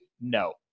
No